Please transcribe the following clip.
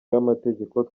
y’amategeko